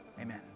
amen